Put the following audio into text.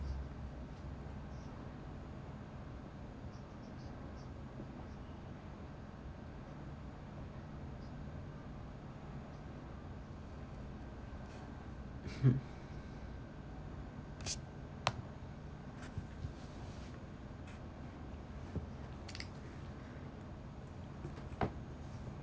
hmm